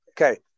Okay